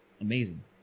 amazing